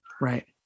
Right